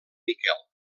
miquel